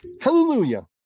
Hallelujah